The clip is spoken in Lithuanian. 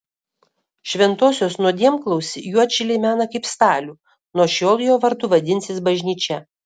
šventosios nuodėmklausį juodšiliai mena kaip stalių nuo šiol jo vardu vadinsis bažnyčia